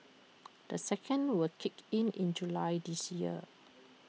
the second will kick in in July this year